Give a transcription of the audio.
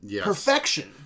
perfection